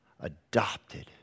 adopted